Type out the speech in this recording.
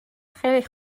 خیلی